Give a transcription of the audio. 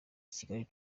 kigali